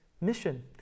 mission